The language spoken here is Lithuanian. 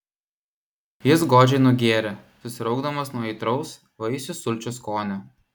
jis godžiai nugėrė susiraukdamas nuo aitraus vaisių sulčių skonio